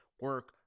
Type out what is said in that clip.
Work